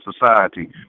society